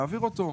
להעביר אותו.